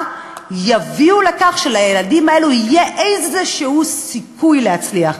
יביא לכך שלילדים האלה יהיה איזשהו סיכוי להצליח.